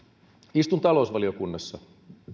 istun talousvaliokunnassa